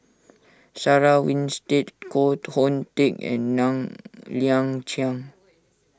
Sarah Winstedt Koh Hoon Teck and Ng Liang Chiang